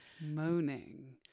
Moaning